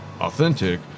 authentic